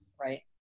Right